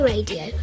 Radio